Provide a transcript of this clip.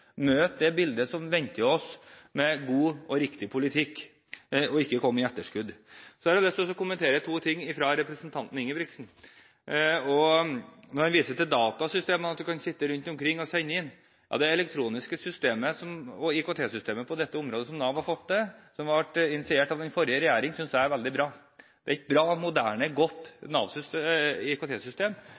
det bildet som venter oss, med god og riktig politikk – ikke komme på etterskudd. Jeg har lyst å kommentere to ting fra representanten Ingebrigtsen: Han viser til datasystemer, og at man kan sitte rundt omkring i verden og sende inn meldekort. IKT-systemet som Nav har fått til på dette området, og som ble initiert av den forrige regjeringen, synes jeg er veldig bra. Det er et godt og moderne